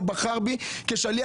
הוא בחר בי כשליח,